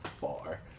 far